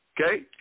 Okay